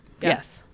Yes